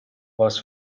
was